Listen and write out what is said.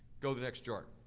go the next chart.